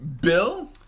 Bill